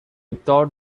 thought